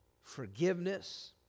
forgiveness